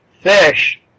fish